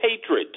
hatred